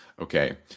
Okay